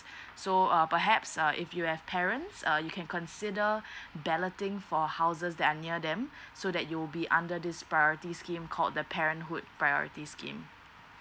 so err perhaps uh if you have parents uh you can consider balloting for houses that are near them so that you'll be under this priorities scheme called the parenthood priorities scheme